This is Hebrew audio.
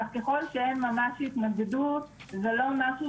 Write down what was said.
כך שככל שאין ממש התנגדות זה לא משהו